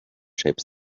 shapes